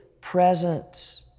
presence